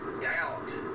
doubt